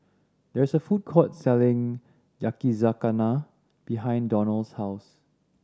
there is a food court selling Yakizakana behind Donnell's house